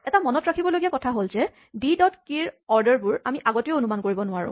এটা মনত ৰাখিবলগীয়া কথা হ'ল যে ডি ডট কী ৰ অৰ্ডাৰবোৰ আমি আগতেই অনুমান কৰিব নোৱাৰো